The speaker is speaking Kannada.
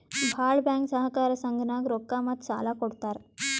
ಭಾಳ್ ಬ್ಯಾಂಕ್ ಸಹಕಾರ ಸಂಘನಾಗ್ ರೊಕ್ಕಾ ಮತ್ತ ಸಾಲಾ ಕೊಡ್ತಾರ್